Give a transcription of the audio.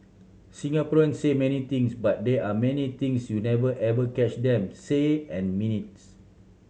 Singaporeans say many things but there are many things you never ever catch them say and mean its